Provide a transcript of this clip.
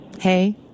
Hey